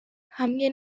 hamwe